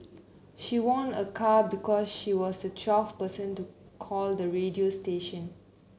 she won a car because she was the twelfth person to call the radio station